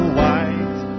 white